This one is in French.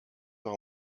vers